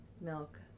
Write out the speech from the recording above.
milk